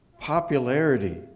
popularity